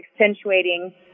accentuating